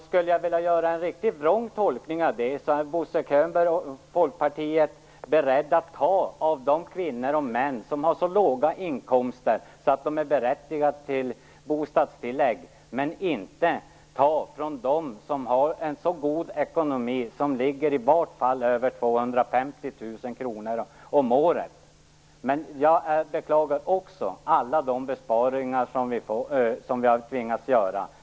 Skulle jag göra en riktigt vrång tolkning av det vore det att Bo Könberg och Folkpartiet är beredda att ta från de kvinnor och män som har så låga inkomster att de är berättigade till bostadstillägg men inte vill ta från dem som har en så god ekonomi att de tjänar åtminstone över 250 000 kr om året. Också jag beklagar alla de besparingar som vi har tvingats göra.